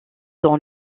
dans